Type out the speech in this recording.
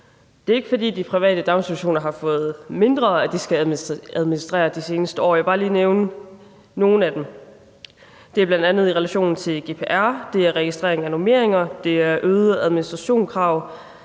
Det er ikke, fordi de private daginstitutioner har fået mindre at skulle administrere de seneste år, og jeg vil bare lige nævne nogle eksempler. Det er bl.a. i relation til GDPR, registrering af normeringer, øgede administrationskrav